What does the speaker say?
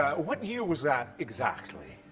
what year was that, exactly?